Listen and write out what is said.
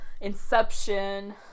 Inception